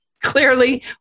clearly